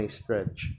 stretch